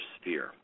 sphere